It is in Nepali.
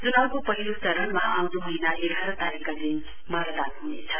चुनाउको पहिलो चरणमा आउँदो महीना एघार तारीकका दिन मतदान हुनेछ